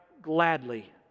gladly